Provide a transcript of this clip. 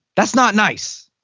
that's not nice!